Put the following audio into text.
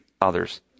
others